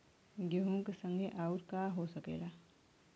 गेहूँ के संगे अउर का का हो सकेला?